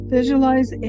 Visualize